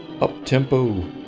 up-tempo